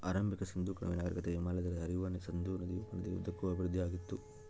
ಆರಂಭಿಕ ಸಿಂಧೂ ಕಣಿವೆ ನಾಗರಿಕತೆ ಹಿಮಾಲಯದಿಂದ ಹರಿಯುವ ಸಿಂಧೂ ನದಿ ಉಪನದಿ ಉದ್ದಕ್ಕೂ ಅಭಿವೃದ್ಧಿಆಗಿತ್ತು